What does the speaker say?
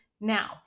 Now